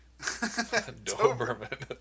Doberman